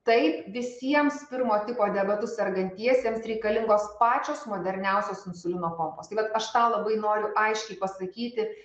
taip visiems pirmo tipo diabetu sergantiesiems reikalingos pačios moderniausios insulino pompos tai vat aš tą labai noriu aiškiai pasakyti